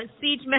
Siege